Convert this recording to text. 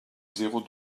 zéro